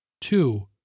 Two